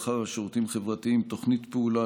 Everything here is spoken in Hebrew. הרווחה והשירותים החברתיים תוכנית פעולה